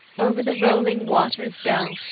over the rolling waters go,